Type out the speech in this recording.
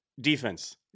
defense